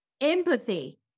Empathy